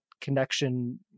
connection